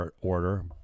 order